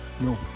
No